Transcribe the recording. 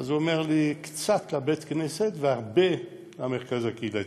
אז הוא אומר לי: קצת לבית-הכנסת והרבה למרכז הקהילתי.